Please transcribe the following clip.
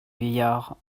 vieillard